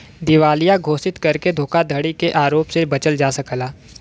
दिवालिया घोषित करके धोखाधड़ी के आरोप से बचल जा सकला